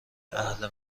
اهل